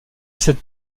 cette